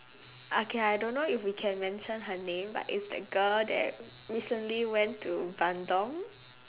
okay I don't know if we can mention her name but it's the girl that recently went to bandung